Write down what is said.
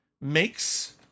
makes